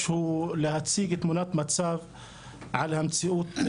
צריך לעצור פעם אחת ולהסתכל לעצמנו במציאות,